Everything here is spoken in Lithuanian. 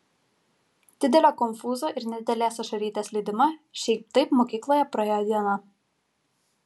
didelio konfūzo ir nedidelės ašarytės lydima šiaip taip mokykloje praėjo diena